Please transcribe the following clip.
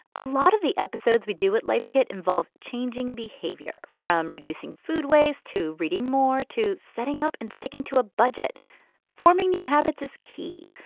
a lot of the episodes we do at life kit involve changing behavior. from reducing food waste to reading more to setting up and sticking to a budget forming new habits is key,